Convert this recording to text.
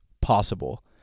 possible